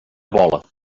bola